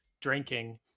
drinking